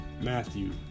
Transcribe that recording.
Matthew